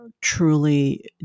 truly